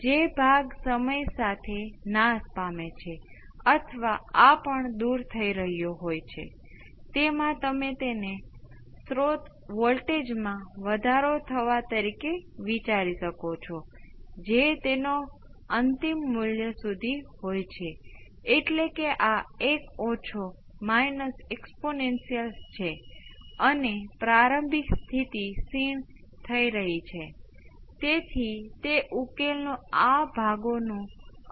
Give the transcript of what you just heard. તેથી આ કોઈક અચળ છે તેથી તમે તેને સરળ રીતે V p exponential t by SCR 1 કોઈક constant × exponential t by RC તરીકે પણ લખી શકો છો જે હંમેશની જેમ તમે તેને આ રીતે મૂકો છો કે આ અચળ આમાંથી પ્રારંભિક શરતો સાથે શોધી શકાય છે તો ચાલો તમને જણાવી દઈએ કે તેમના કેપેસિટર છે